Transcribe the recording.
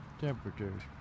temperatures